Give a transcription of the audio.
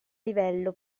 livello